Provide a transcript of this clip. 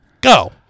Go